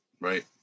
right